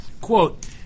Quote